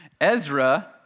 Ezra